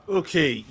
okay